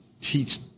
teach